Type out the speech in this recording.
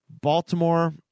Baltimore